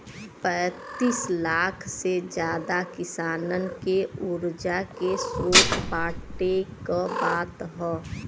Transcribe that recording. पैंतीस लाख से जादा किसानन के उर्जा के स्रोत बाँटे क बात ह